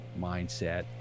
mindset